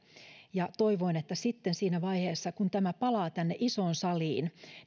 ja toivoin että sitten siinä vaiheessa kun tämä palaa tänne isoon saliin